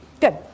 Good